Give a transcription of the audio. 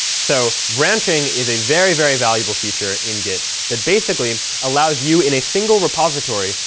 so branching is a very, very valuable feature in git that basically allows you, in a single repository,